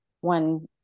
one